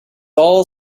all